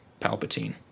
Palpatine